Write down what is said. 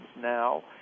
now